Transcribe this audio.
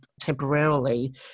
temporarily